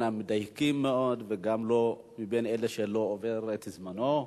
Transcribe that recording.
המדייקים מאוד ובין אלה שלא עוברים את זמנם.